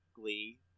Glee